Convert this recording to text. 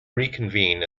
reconvene